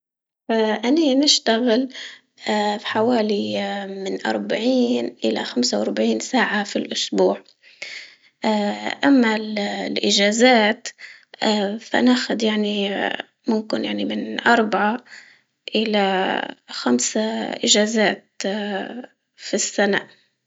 فأنا يعني نشتغل اه فحوالي من أربعين إلى خمسة وأربعين ساعة في الأسبوع، اه اما الإجازات اه فناخد يعني اه ممكن يعني من أربعة الى خمسة إجازات اه السنة.